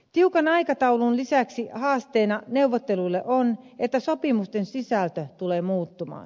tiukan aikataulun lisäksi haasteena neuvotteluille on että sopimusten sisältö tulee muuttumaan